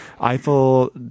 Eiffel